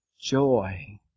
joy